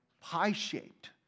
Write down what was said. pie-shaped